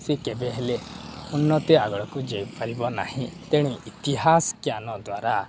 ସେ କେବେ ହେଲେ ଉନ୍ନତି ଆଡ଼କୁ ଯାଇପାରିବ ନାହିଁ ତେଣୁ ଇତିହାସ ଜ୍ଞାନ ଦ୍ୱାରା